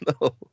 no